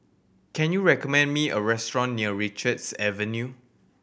can you recommend me a restaurant near Richards Avenue